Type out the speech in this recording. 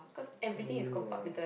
kami boleh mengarang